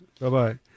Bye-bye